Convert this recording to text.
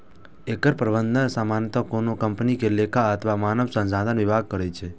एकर प्रबंधन सामान्यतः कोनो कंपनी के लेखा अथवा मानव संसाधन विभाग करै छै